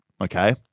Okay